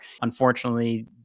unfortunately